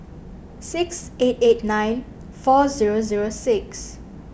six eight eight nine four zero zero six